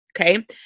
Okay